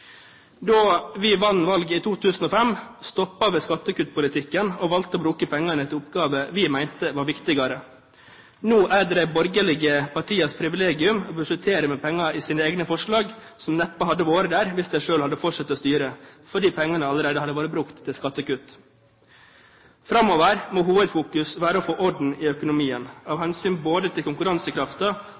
Da vi vant valget i 2005, stoppet vi skattekuttpolitikken og valgte å bruke pengene til oppgaver vi mente var viktigere. Nå er det de borgerlige partienes privilegium i sine forslag å budsjettere med penger som neppe hadde vært der hvis de selv hadde fortsatt å styre – fordi pengene allerede hadde vært brukt til skattekutt. Framover må hovedfokus være å få orden i økonomien, av hensyn både til konkurransekraften og til